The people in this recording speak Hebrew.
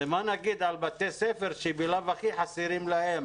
מה נעשה בבתי ספר שגם ככה חסרות להם